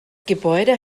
gebäude